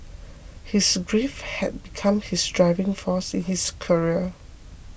his grief had become his driving force in his career